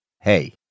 Hey